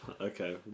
okay